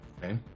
Okay